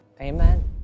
Amen